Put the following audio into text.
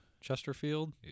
Chesterfield